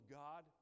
god